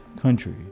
country